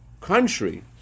country